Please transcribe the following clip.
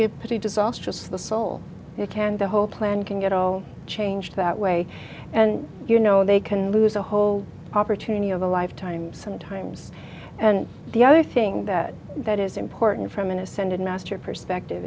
a pretty disastrous for the soul you can the whole plan can get all changed that way and you know they can lose a whole opportunity of a lifetime sometimes and the other thing that that is important from an ascended master perspective